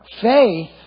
faith